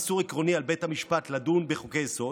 איסור עקרוני על בית המשפט לדון בחוקי היסוד,